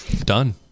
done